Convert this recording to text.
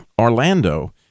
Orlando